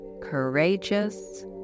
courageous